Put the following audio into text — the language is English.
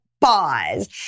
pause